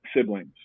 siblings